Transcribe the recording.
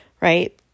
right